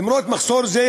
למרות מחסור זה,